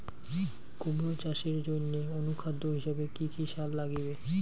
কুমড়া চাষের জইন্যে অনুখাদ্য হিসাবে কি কি সার লাগিবে?